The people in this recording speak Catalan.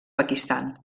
pakistan